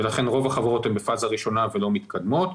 ולכן רוב החברות הן בפאזה ראשונה ולא מתקדמות.